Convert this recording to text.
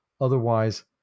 Otherwise